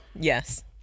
Yes